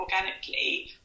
organically